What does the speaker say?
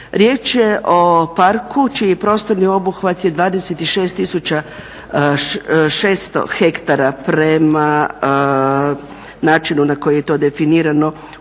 Riječ je o parku čiji prostorni obuhvat je 26 tisuća 600 hektara prema načinu na koji je to definirano